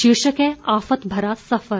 शीर्षक है आफत भरा सफर